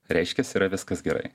reiškiasi yra viskas gerai